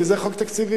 כי זה חוק תקציבי.